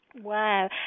Wow